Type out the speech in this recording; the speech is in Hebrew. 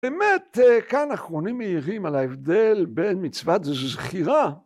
באמת כאן אחרונים מעירים על ההבדל בין מצוות זכירה